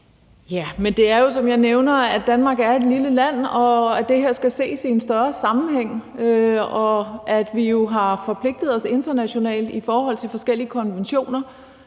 (KF): Det er jo, som jeg nævner, sådan, at Danmark er et lille land, og at det her skal ses i en større sammenhæng, og at vi jo har forpligtet os internationalt i forhold til forskellige konventioner,